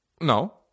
no